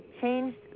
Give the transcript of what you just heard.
changed